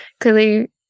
clearly